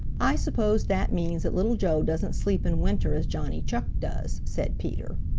i suppose that means that little joe doesn't sleep in winter as johnny chuck does, said peter.